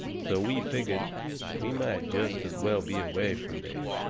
so we figured we might just as well be away from there.